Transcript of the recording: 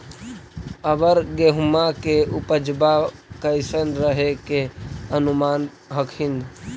अबर गेहुमा के उपजबा कैसन रहे के अनुमान हखिन?